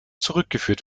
zurückgeführt